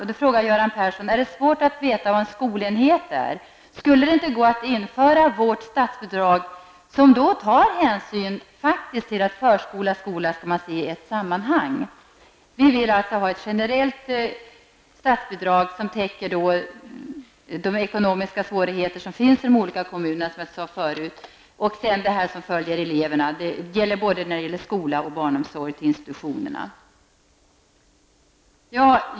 Därför frågar jag nu Göran Persson: Är det så svårt att veta vad en skolenhet är? Skulle det inte gå att införa vårt statsbidrag, som faktiskt tar hänsyn till att förskola och skola skall ses i ett sammanhang? Vi vill alltså ha ett generellt statsbidrag, som täcker de ekonomiska svårigheter som finns i kommunerna och som följer eleverna till institutionerna i både skola och barnomsorg.